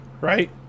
right